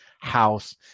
house